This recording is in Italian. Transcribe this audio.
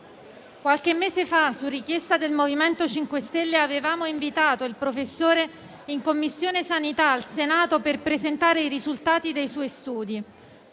Qualche mese fa, su richiesta del MoVimento 5 Stelle, avevamo invitato il professore in Commissione sanità al Senato per presentare i risultati dei suoi studi.